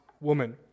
woman